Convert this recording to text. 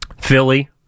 Philly